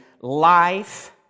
life